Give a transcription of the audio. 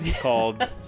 called